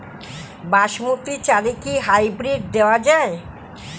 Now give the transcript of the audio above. বাসমতী চালে কি হাইব্রিড দেওয়া য়ায়?